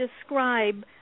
describe